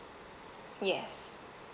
yes